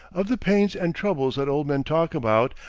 of the pains and troubles that old men talk about,